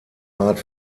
art